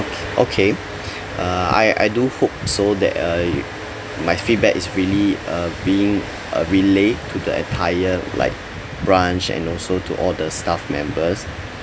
okay okay uh I I do hope so that uh it my feedback is really uh being uh relayed to the entire like branch and also to all the staff members